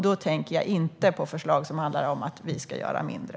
Då tänker jag inte på förslag som handlar om att vi ska göra mindre.